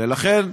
ולכן,